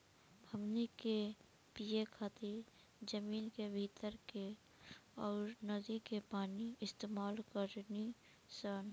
हमनी के पिए खातिर जमीन के भीतर के अउर नदी के पानी इस्तमाल करेनी सन